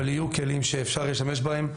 אבל יהיו כלים שאפשר יהיה להשתמש בהם.